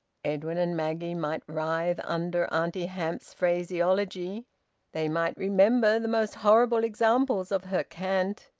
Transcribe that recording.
edwin and maggie might writhe under auntie hamps's phraseology they might remember the most horrible examples of her cant.